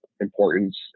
importance